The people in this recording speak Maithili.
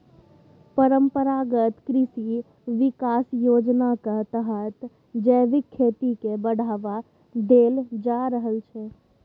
परंपरागत कृषि बिकास योजनाक तहत जैबिक खेती केँ बढ़ावा देल जा रहल छै